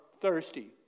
thirsty